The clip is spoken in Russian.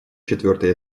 четвертый